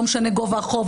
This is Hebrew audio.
לא משנה גובה החוב,